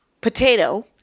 potato